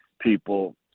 people